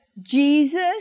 Jesus